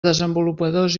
desenvolupadors